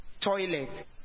toilet